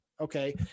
Okay